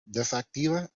desactiva